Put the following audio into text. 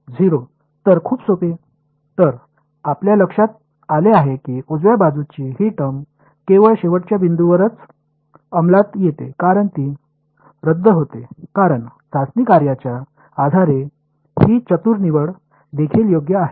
0 तर खूप सोपे तर आपल्या लक्षात आले आहे की उजव्या बाजूची ही टर्म केवळ शेवटच्या बिंदूवरच अंमलात येते कारण ती रद्द होते कारण चाचणी कार्याच्या आधारे ही चतुर निवड देखील योग्य आहे